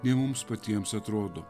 nei mums patiems atrodo